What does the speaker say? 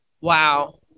Wow